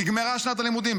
נגמרה שנת הלימודים.